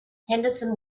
henderson